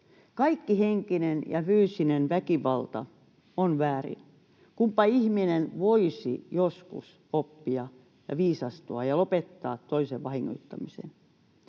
Kaikki henkinen ja fyysinen väkivalta on väärin. Kunpa ihminen voisi joskus oppia ja viisastua ja lopettaa toisen vahingoittamisen.